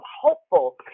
hopeful